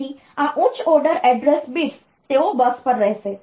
તેથી આ ઉચ્ચ ઓર્ડર એડ્રેસ bits તેઓ બસ પર રહેશે